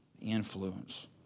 Influence